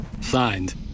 Signed